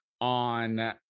on